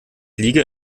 liege